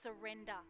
surrender